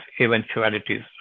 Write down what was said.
eventualities